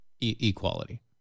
equality